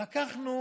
לקחנו